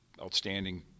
outstanding